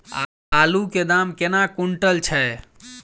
आलु केँ दाम केना कुनटल छैय?